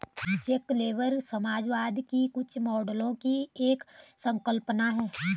labour check समाजवाद के कुछ मॉडलों की एक संकल्पना है